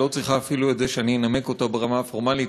לא צריך אפילו שאני אנמק אותה ברמה הפורמלית,